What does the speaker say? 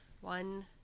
One